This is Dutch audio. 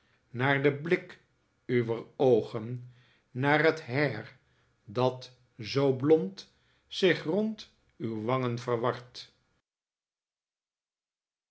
naar den blik uwer oogen naar t hair dat zoo blond zich rond uw wangen verwart